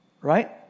right